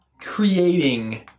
creating